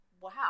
wow